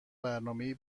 برنامهای